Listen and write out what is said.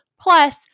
Plus